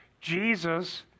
Jesus